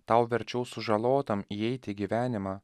tau verčiau sužalotam įeiti į gyvenimą